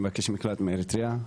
מבקש מקלט מאריתריאה,